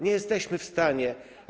Nie jesteśmy w stanie.